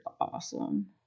awesome